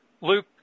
Luke